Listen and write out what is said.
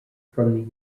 from